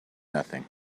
nothing